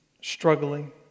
struggling